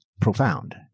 profound